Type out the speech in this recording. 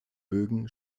bögen